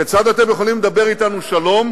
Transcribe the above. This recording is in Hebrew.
כיצד אתם יכולים לדבר אתנו שלום,